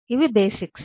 ఇవి బేసిక్స్